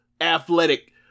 athletic